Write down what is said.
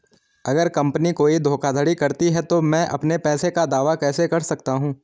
अगर कंपनी कोई धोखाधड़ी करती है तो मैं अपने पैसे का दावा कैसे कर सकता हूं?